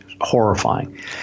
horrifying